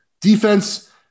Defense